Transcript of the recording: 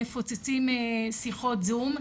מפוצצים שיחות זום,